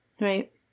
Right